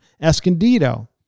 Escondido